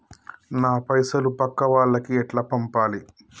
నా పైసలు పక్కా వాళ్లకి ఎట్లా పంపాలి?